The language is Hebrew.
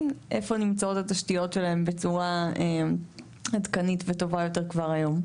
איפה נמצאות התשתיות שלהם בצורה עדכנית וטובה יותר כבר היום.